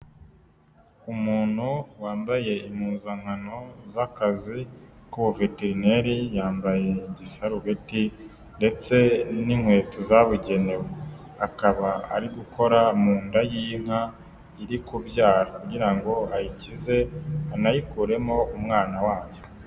Umuntu wambaye impuzankano z'akazi k'ubuveterineri yambaye igisarubeti ndetse n'inkweto zabugenewe, akaba ari gukora mu nda y'inka iri kubyara kugira ngo ayikize anayikuremo umwana wayo.